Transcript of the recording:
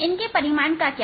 इनके परिमाण का क्या